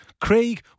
Craig